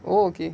oh okay